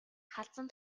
халзан